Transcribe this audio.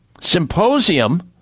symposium